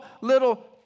little